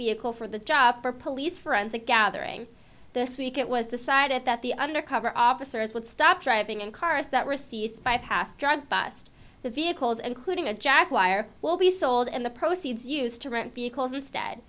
vehicle for the job for police forensic gathering this week it was decided that the undercover officers would stop driving in cars that were seized by past drug bust the vehicles including a jack wire will be sold and the proceeds used to rent vehicles